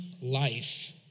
life